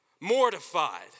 mortified